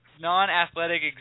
non-athletic